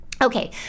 Okay